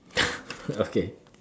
okay